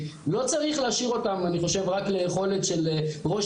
לא צריך להשאיר אותם אני חושב רק ליכולת של ראש